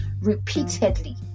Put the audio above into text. repeatedly